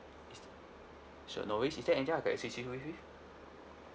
sure no worries is there any other I can assist you with